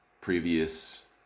previous